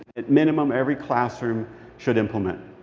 at minimum, every classroom should implement.